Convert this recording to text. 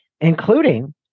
including